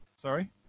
Sorry